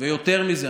יותר מזה,